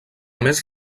més